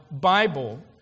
Bible